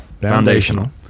Foundational